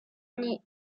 années